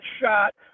shot